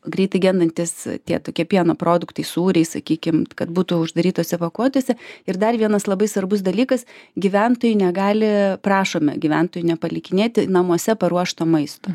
greitai gendantys tie tokie pieno produktai sūriai sakykim kad būtų uždarytose pakuotėse ir dar vienas labai svarbus dalykas gyventojai negali prašome gyventojų nepalikinėti namuose paruošto maisto